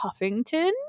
Huffington